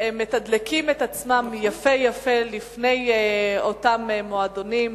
הם מתדלקים את עצמם יפה יפה לפני אותם מועדונים,